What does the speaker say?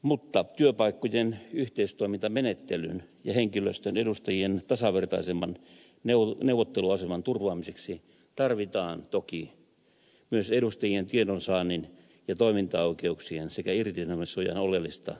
mutta työpaikkojen yhteistoimintamenettelyn ja henkilöstön edustajien tasavertaisemman neuvotteluaseman turvaamiseksi tarvitaan toki myös edustajien tiedonsaannin ja toimintaoikeuksien sekä irtisanomissuojan oleellista parantamista